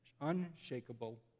Unshakable